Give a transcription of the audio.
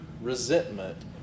resentment